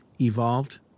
evolved